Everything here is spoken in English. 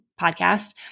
podcast